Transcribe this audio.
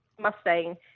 Mustang